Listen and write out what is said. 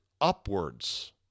upwards